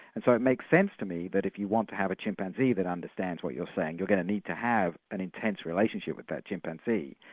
and so it makes sense to me that if you want to have a chimpanzee that understands what you're saying, you're going need to have an intense relationship with that chimpanzee.